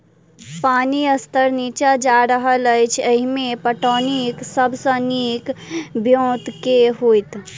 पानि स्तर नीचा जा रहल अछि, एहिमे पटौनीक सब सऽ नीक ब्योंत केँ होइत?